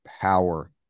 power